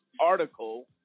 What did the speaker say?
article